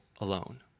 alone